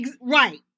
Right